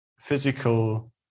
physical